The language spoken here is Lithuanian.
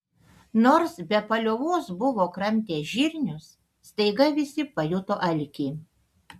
nors be paliovos buvo kramtę žirnius staiga visi pajuto alkį